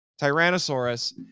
Tyrannosaurus